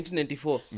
1994